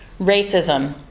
Racism